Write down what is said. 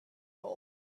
hole